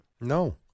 No